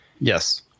Yes